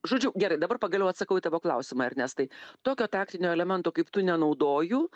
žodžiu gerai dabar pagaliau atsakau į klausimą ernestai tokio taktinio elemento kaip tu nenaudoju